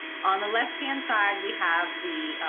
on the left hand side we have the